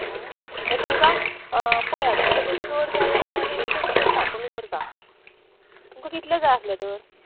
मागीर तुमकां पया तुमकां जर चड जाय जाल्यार मागीर आमी माश्शें पळता कमी करता तुमकां कितले जाय आसले तर